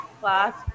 class